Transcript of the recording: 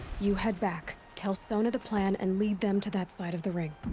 you head back. tell sona the plan, and lead them to that side of the ring.